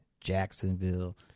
Jacksonville